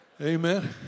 Amen